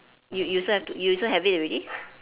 you you also you also have it already